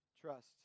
Trust